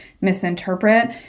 misinterpret